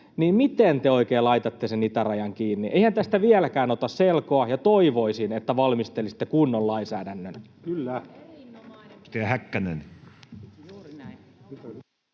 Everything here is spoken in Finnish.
miten te oikein laitatte sen itärajan kiinni? Eihän tästä vieläkään ota selkoa, ja toivoisin, että valmistelisitte kunnon lainsäädännön.